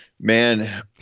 Man